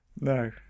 no